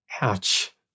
Ouch